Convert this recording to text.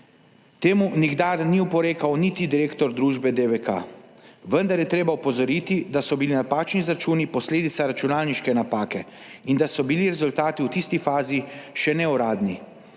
temu nikdar ni oporekal niti direktor družbe DVK, vendar je treba opozoriti, da so bili napačni izračuni posledica računalniške napake in da so bili rezultati v tisti fazi še neuradni